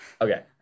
Okay